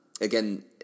Again